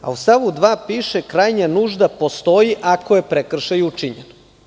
U stavu 2. piše – krajnja nužda postoji ako je prekršaj učinjen.